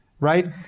Right